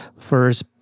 first